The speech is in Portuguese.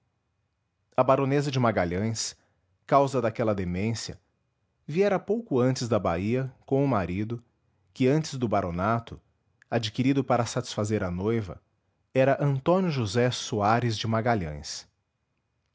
a baronesa de magalhães causa daquela demência viera pouco antes da bahia com o marido que antes do baronato adquirido para satisfazer a noiva era antônio josé soares de magalhães